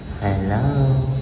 Hello